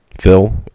Phil